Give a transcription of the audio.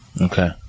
Okay